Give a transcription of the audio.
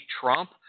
Trump